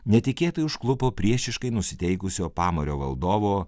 netikėtai užklupo priešiškai nusiteikusio pamario valdovo